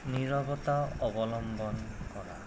নীৰৱতা অৱলম্বন কৰা